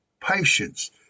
patience